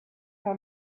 par